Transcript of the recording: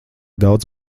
daudz